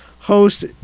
host